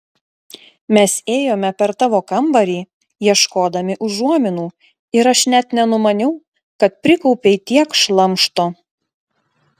mes ėjome per tavo kambarį ieškodami užuominų ir aš net nenumaniau kad prikaupei tiek šlamšto